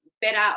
better